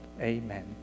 Amen